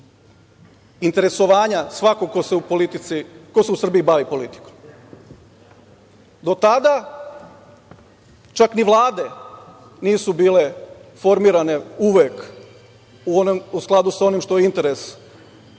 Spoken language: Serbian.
interesovanja svakog ko se u Srbiji bavi politikom. Do tada čak ni vlade nisu bile formirane uvek u skladu sa onim što je interes